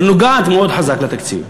אבל נוגעת מאוד חזק לתקציב.